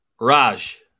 Raj